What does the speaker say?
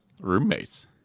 roommates